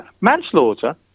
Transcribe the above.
Manslaughter